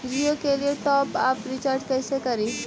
जियो के लिए top up recharge कैसे करी?